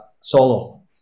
solo